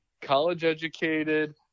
College-educated